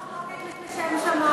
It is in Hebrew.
זו לא מחלוקת לשם שמים,